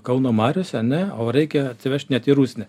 kauno mariose ane o reikia atsivežt net į rusnę